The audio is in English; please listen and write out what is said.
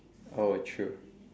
oh true